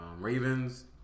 Ravens